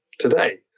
today